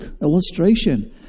illustration